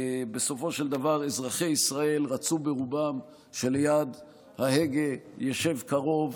בסופו של דבר אזרחי ישראל רצו ברובם שליד ההגה ישב קרוב